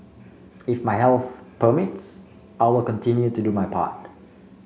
if my health permits I will continue to do my part